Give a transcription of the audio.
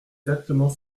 exactement